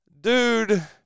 dude